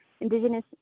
Indigenous